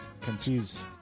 confuse